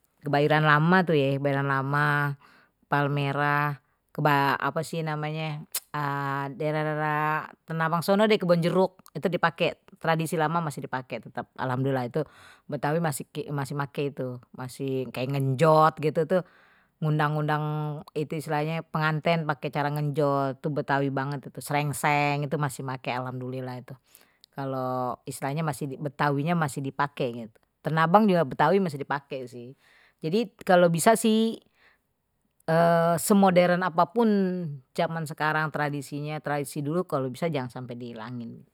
Kebayoran lama palmerah apa sih namanya daerah daerah tanah abang sono deh kebon jeruk itu dipake tradisi lama masih dipake tetep alhamdulillah itu betawi masih itu masih make itu kayak ngenjot gitu tuh ngundang ngundang itu istilahnya pengantin pakai cara ngenjot itu betawi banget itu srengseng itu masih pakai alhamdulillah itu kalau istilahnya masih di betawinya masih dipakai gitu tanah abang juga betawi masih dipakai gitu jadi kalau bisa sih semodern apapun zaman sekarang tradisinya tradisi dulu kalau bisa jangan sampe dihilangin.